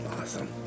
Awesome